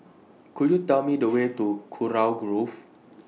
Could YOU Tell Me The Way to Kurau Grove